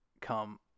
come